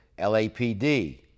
LAPD